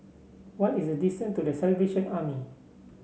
what is the distance to The Salvation Army